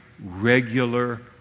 regular